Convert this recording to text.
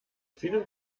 vielen